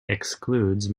excludes